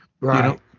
Right